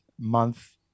month